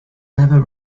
never